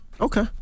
Okay